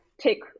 take